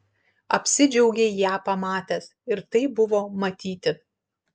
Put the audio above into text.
apsidžiaugei ją pamatęs ir tai buvo matyti